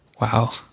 Wow